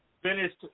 finished